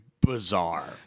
bizarre